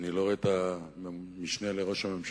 אני לא רואה את המשנה לראש הממשלה,